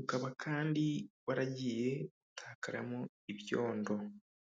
ukaba kandi waragiye utakaramo ibyondo.